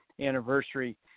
anniversary